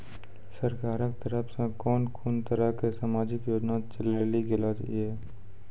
सरकारक तरफ सॅ कून कून तरहक समाजिक योजना चलेली गेलै ये?